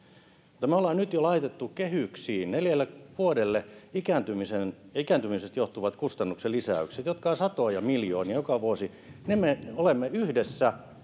ja me olemme nyt jo laittaneet kehyksiin neljälle vuodelle ikääntymisestä ikääntymisestä johtuvat kustannusten lisäykset jotka ovat satoja miljoonia joka vuosi ne me olemme yhdessä